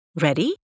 Ready